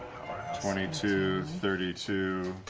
twenty two, thirty two.